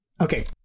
okay